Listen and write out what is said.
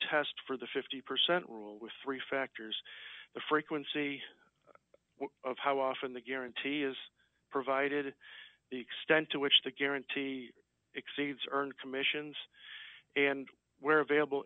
test for the fifty percent rule with three factors the frequency of how often the guarantee is provided the extent to which the guarantee exceeds earned commissions and where available